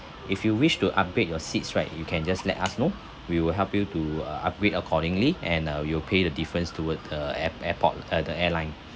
if you wish to upgrade your seats right you can just let us know we will help you to uh upgrade accordingly and uh you'll pay the difference to uh the airp~ airport uh the airline